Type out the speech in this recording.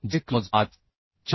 जे क्लॉज 5